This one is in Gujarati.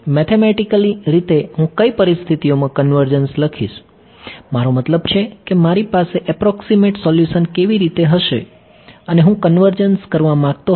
મેથેમેટીકલી રીતે હું કઈ પરિસ્થિતિઓમાં કન્વર્જન્સ લખીશ મારો મતલબ છે કે મારી પાસે એપ્રોક્સીમેટ સોલ્યુશન કેવી રીતે હશે અને હું કન્વર્જન્સ કરવા માંગતો હતો